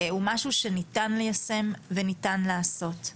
וזה משהו שניתן ליישם וניתן לעשות.